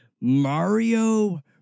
Mario